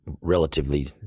relatively